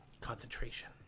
Concentration